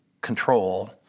control